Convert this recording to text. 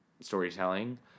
storytelling